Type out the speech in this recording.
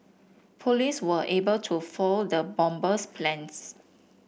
police were able to foil the bomber's plans